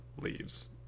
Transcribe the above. leaves